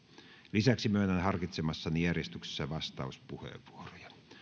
lisäksi myönnän harkitsemassani järjestyksessä vastauspuheenvuoroja